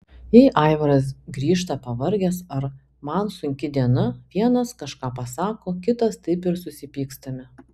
jei aivaras grįžta pavargęs ar man sunki diena vienas kažką pasako kitas taip ir susipykstame